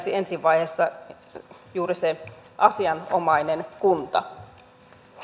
ensi vaiheessa juuri se asianomainen kunta